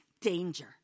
danger